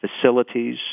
facilities